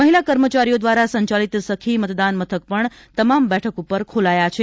મહિલા કર્મચારીઓ દ્વારા સંચાલિત સખી મતદાન મથક પણ તમામ બેઠક ઉપર ખોલાયા છે